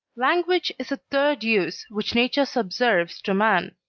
language is a third use which nature subserves to man.